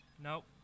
Nope